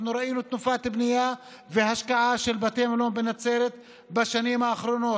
אנחנו ראינו תנופת בנייה והשקעה של בתי מלון בנצרת בשנים האחרונות.